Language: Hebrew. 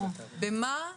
הקמנו